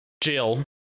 Jill